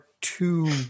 two